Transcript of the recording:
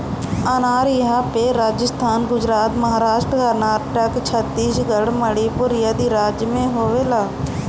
अनार इहां पे राजस्थान, गुजरात, महाराष्ट्र, कर्नाटक, छतीसगढ़ मणिपुर आदि राज में होखेला